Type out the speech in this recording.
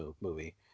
movie